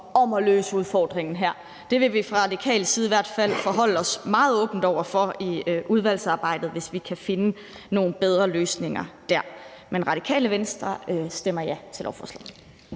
om at løse udfordringen her. Det vil vi fra Radikales side i hvert fald forholde os meget åbent over for i udvalgsarbejdet, hvis vi kan finde nogle bedre løsninger der. Radikale Venstre stemmer ja til lovforslaget.